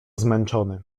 zmęczony